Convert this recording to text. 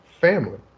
family